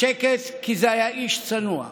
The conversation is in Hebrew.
בשקט, כי זה היה איש צנוע: